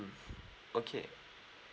okay